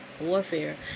warfare